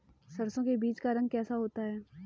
सरसों के बीज का रंग कैसा होता है?